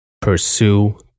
Pursue